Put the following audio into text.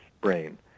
brain